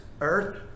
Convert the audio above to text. earth